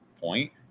point